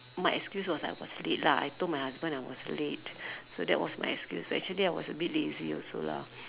my excuse was like I was late lah I told my husband I was late so that was my excuse actually I was a bit lazy also lah